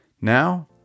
Now